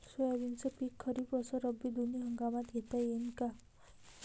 सोयाबीनचं पिक खरीप अस रब्बी दोनी हंगामात घेता येईन का?